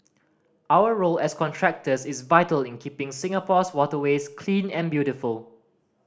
our role as contractors is vital in keeping Singapore's waterways clean and beautiful